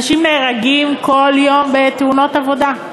אנשים נהרגים כל יום בתאונות עבודה.